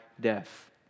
death